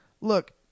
Look